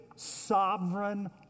Sovereign